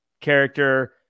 character